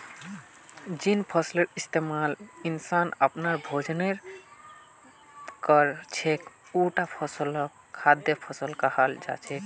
जिन फसलेर इस्तमाल इंसान अपनार भोजनेर कर छेक उटा फसलक खाद्य फसल कहाल जा छेक